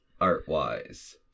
art-wise